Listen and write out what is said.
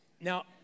Now